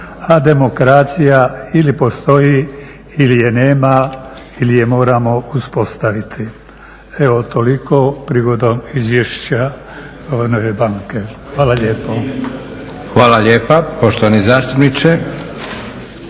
A demokracija ili postoji ili je nema ili je moramo uspostaviti. Evo, toliko prigodom Izvješća Hrvatske narodne banke. Hvala lijepo. **Leko, Josip (SDP)** Hvala lijepa poštovani zastupniče.